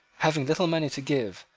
having little money to give,